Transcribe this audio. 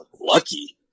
Lucky